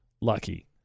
lucky